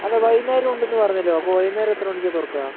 അല്ല വൈകുന്നേരം ഉണ്ടെന്ന് പറഞ്ഞല്ലൊ അപ്പം വൈകുന്നേരം എത്ര മണിക്കാണ് തുറക്കുക